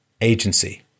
agency